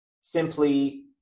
simply